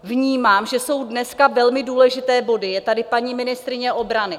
Vnímám, že jsou dneska velmi důležité body, je tady paní ministryně obrany.